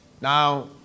Now